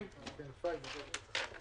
אלו הליכים שהם בהתאם לתקנון הכנסת.